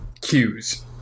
cues